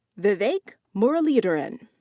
vivek muralidharan.